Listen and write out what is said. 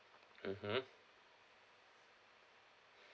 mmhmm